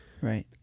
right